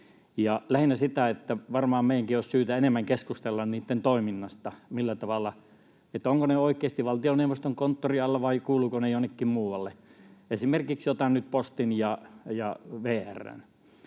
lähinnä sitä, että varmaan meidänkin olisi syytä enemmän keskustella niitten toiminnasta, että millä tavalla — ovatko ne oikeasti valtioneuvoston konttorin alla, vai kuuluvatko ne jonnekin muualle. Esimerkiksi otan nyt Postin ja VR:n.